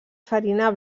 farina